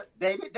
David